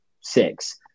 six